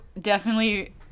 definitely-